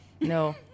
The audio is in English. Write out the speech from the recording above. No